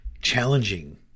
challenging